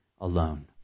alone